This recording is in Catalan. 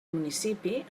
municipi